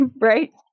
right